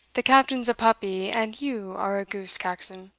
the captain's a puppy, and you are a goose, caxon.